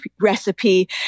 recipe